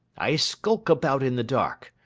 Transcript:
i skulk about in the dark,